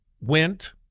went